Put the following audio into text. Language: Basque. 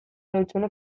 lohizune